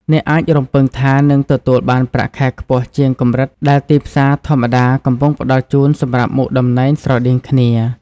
អ្នកអាចរំពឹងថានឹងទទួលបានប្រាក់ខែខ្ពស់ជាងកម្រិតដែលទីផ្សារធម្មតាកំពុងផ្តល់ជូនសម្រាប់មុខតំណែងស្រដៀងគ្នា។